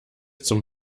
zum